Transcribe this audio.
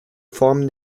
form